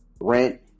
rent